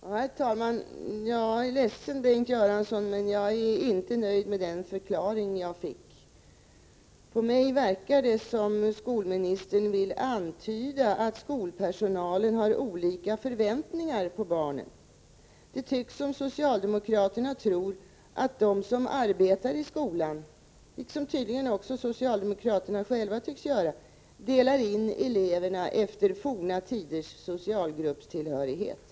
Herr talman! Jag är ledsen, Bengt Göransson, men jag är inte nöjd med den förklaring jag fick. Det verkar som om skolministern vill antyda att skolpersonalen har olika förväntningar på barnen. Det verkar som om socialdemokraterna tror att de som arbetar i skolan — liksom tydligen också socialdemokraterna själva gör — delar in eleverna efter forna tiders socialgruppstillhörighet.